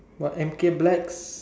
what M_K blacks